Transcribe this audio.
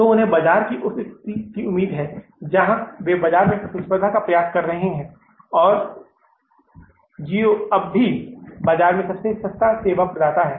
तो उन्हें बाजार की उस स्थिति की उम्मीद है जहा वे बाजार में प्रतिस्पर्धा का प्रयास कर रहे हैं और Jio अभी भी बाजार में सबसे सस्ता सेवा प्रदाता है